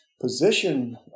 position